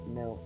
no